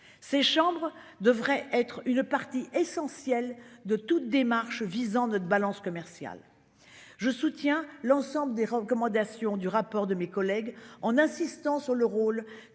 Ces chambres devrait être une partie essentielle de toute démarche visant notre balance commerciale. Je soutiens l'ensemble des recommandations du rapport de mes collègues en insistant sur le rôle